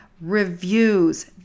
reviews